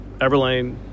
Everlane